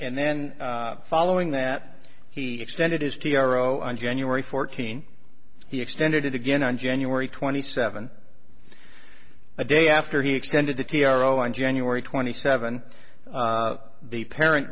and then following that he extended his t r o on january fourteenth he extended it again on january twenty seventh a day after he extended the t r o on january twenty seventh the parent